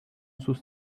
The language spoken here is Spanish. sus